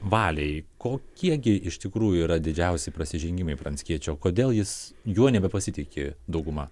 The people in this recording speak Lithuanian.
valiai kokie gi iš tikrųjų yra didžiausi prasižengimai pranckiečio kodėl jis juo nebepasitiki dauguma